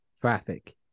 traffic